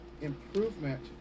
improvement